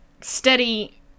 steady